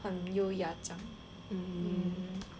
很优雅将